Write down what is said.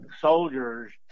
soldiers